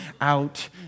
out